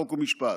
חוק ומשפט.